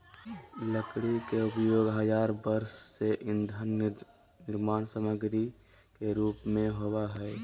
लकड़ी के उपयोग हजार वर्ष से ईंधन निर्माण सामग्री के रूप में होबो हइ